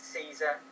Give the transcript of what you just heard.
Caesar